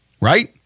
right